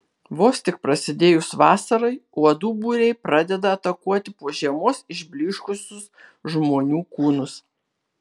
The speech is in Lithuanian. vos tik prasidėjus vasarai uodų būriai pradeda atakuoti po žiemos išblyškusius žmonių kūnus